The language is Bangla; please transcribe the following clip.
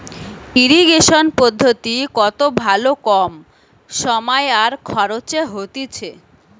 ইরিগেশন পদ্ধতি কত ভালো কম সময় আর খরচে হতিছে